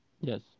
Yes